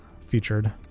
featured